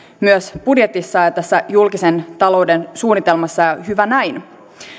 myös budjetissaan ja tässä julkisen talouden suunnitelmassa ja hyvä näin